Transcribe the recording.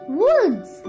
woods